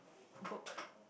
book